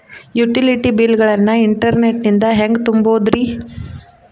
Utility bill ಗಳನ್ನ internet ನಿಂದ ಹೆಂಗ್ ತುಂಬೋದುರಿ?